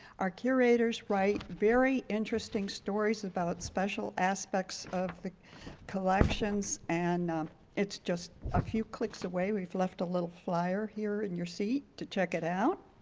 our curators write very interesting stories about special aspects of the collections and it's just a few clicks away. we've left a little flier here in your seat to check it out.